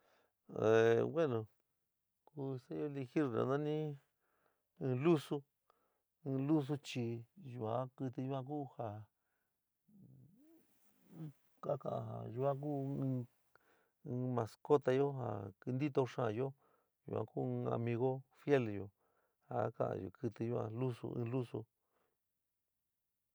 bueno ku sa'ayo eligir nanani in lúsu, in lúsu chi yuan kɨtɨ yuán ku ja ka ka'an ja yuan ku in in mascótayo ja ntitó xaán yoó yuan ku in amigo fielyo ja ka ɨó kɨtɨ yuan lúsu in lúsu.